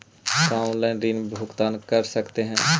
का हम आनलाइन ऋण भुगतान कर सकते हैं?